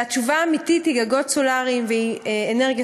והתשובה האמיתית היא גגות סולריים ואנרגיה